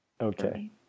Okay